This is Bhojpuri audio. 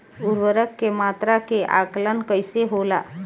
उर्वरक के मात्रा के आंकलन कईसे होला?